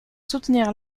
soutenir